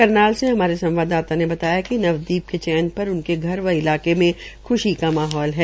करनाल से हमारे संवाददाता ने बताया कि नवदीप के चयन पर उनके घर व इलाके में ख्शी का माहौल है